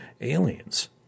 aliens